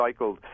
recycled